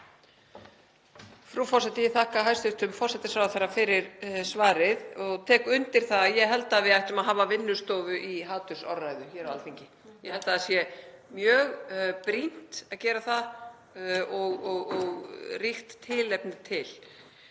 Ég held að það sé mjög brýnt að gera það og ríkt tilefni til.